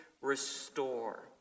restore